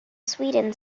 sweden